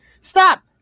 stop